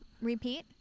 Repeat